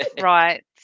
right